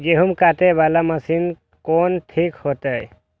गेहूं कटे वाला मशीन कोन ठीक होते?